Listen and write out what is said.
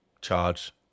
charge